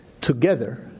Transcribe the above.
together